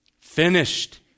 finished